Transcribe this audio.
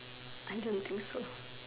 I don't think so